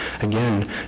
Again